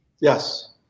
Yes